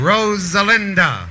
Rosalinda